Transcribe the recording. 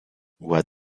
what